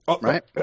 right